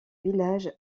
villages